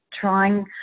trying